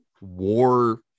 war